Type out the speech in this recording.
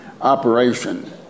operation